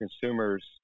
consumers